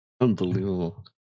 Unbelievable